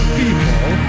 people